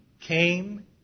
came